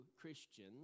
Christian